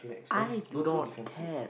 I do not care